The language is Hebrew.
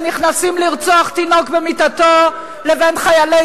שנכנסים לרצוח תינוק במיטתו לבין חיילי